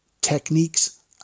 techniques